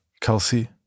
Kelsey